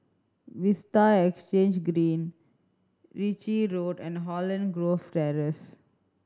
Vista Exhange Green Ritchie Road and Holland Grove Terrace